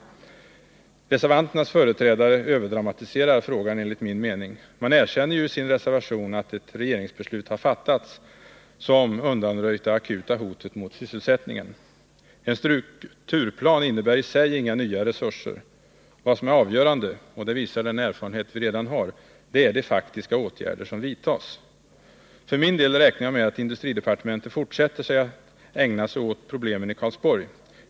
Reservanternas företrädare överdramatiserar enligt min mening frågan. Man erkänner ju i sin reservation att det har fattats ett regeringsbeslut som undanröjt det akuta hotet mot sysselsättningen. En strukturplan innebär i sig inga nya resurser. Vad som är avgörande — det visar den erfarenhet vi redan har — är de faktiska åtgärder som vidtas. För min del räknar jag med att industridepartementet fortsätter att ägna sig åt problemen i Karlsborg.